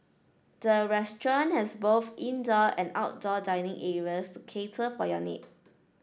the restaurant has both indoor and outdoor dining areas to cater for your need